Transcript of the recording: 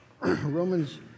Romans